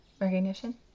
recognition